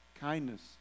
kindness